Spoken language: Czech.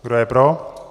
Kdo je pro.